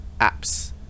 apps